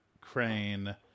crane